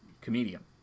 comedian